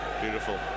beautiful